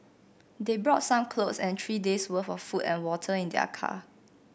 they brought some clothes and three days' worth of food and water in their car